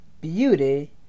beauty